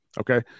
okay